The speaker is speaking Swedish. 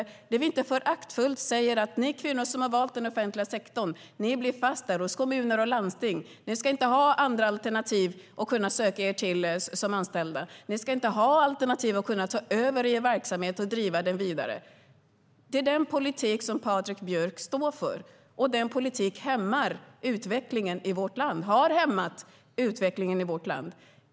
Vi säger inte föraktfullt att ni kvinnor som har valt den offentliga sektorn, ni blir fast där hos kommuner och landsting och ska inte ha några andra alternativ att söka er till som anställda. Ni ska inte ha alternativet att kunna ta över er verksamhet och driva den vidare. Det är den politiken som Patrik Björck står för, och den politiken hämmar och har hämmat utvecklingen i vårt land.